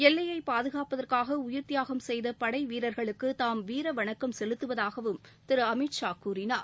எல்லையை பாதுகாப்பதற்காக உயிர்த்தியாகம் செய்த படை வீரர்ககளுக்கு தாம் வீர வணக்கம் செலுத்துவதாகவும் திரு அமித்ஷா கூறினார்